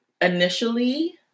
initially